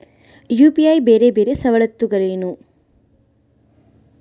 UPI ಬೇರೆ ಬೇರೆ ಸವಲತ್ತುಗಳೇನು?